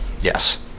Yes